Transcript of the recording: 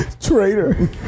Traitor